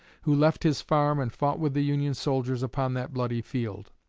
who left his farm and fought with the union soldiers upon that bloody field.